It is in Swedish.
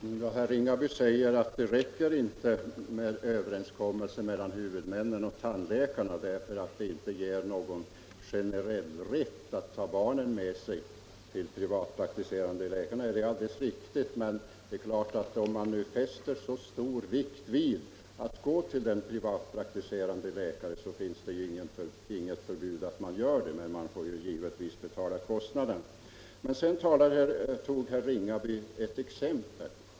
Herr talman! Herr Ringaby säger att det räcker inte med överenskommelser mellan huvudmännen och tandläkarna därför att detta inte ger någon generell rätt att ta barnen med sig till de privatpraktiserande tandläkarna. Det är alldeles riktigt. Men det är klart att om man nu fäster så stor vikt vid att gå till en privatpraktiserande tandläkare, så finns det ju inget förbud mot att man gör det. Man får emellertid betala kostnaden. Sedan tog herr Ringaby ett exempel.